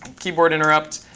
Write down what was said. keyboardinterrupt,